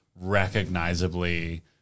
recognizably